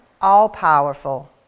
all-powerful